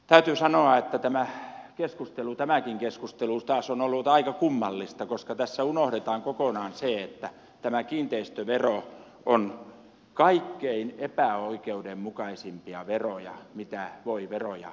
täytyy sanoa että tämäkin keskustelu taas on ollut aika kummallista koska tässä unohdetaan kokonaan se että tämä kiinteistövero on kaikkein epäoikeudenmukaisimpia veroja mitä voi veroja olla